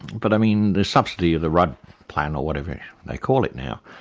but i mean the subsidy of the rudd plan, or whatever they call it now,